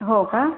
हो का